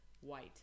White